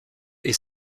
est